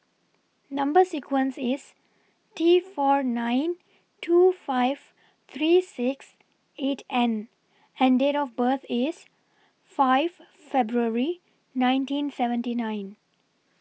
Number sequence IS T four nine two five three six eight N and Date of birth IS five February nineteen seventy nine